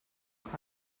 card